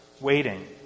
waiting